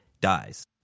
dies